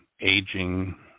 aging